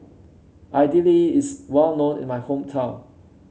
Idili is well known in my hometown